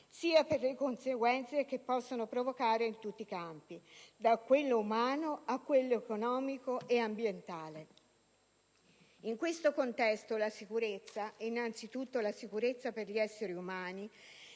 sia per le conseguenze che possono provocare in tutti i campi: da quello umano a quello economico ed ambientale. In questo contesto, la sicurezza - innanzi tutto, quella per gli esseri umani